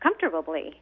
comfortably